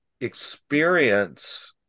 experience